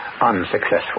unsuccessful